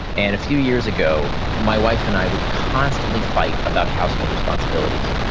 and a few years ago my wife and i would constantly fight about household responsibilities.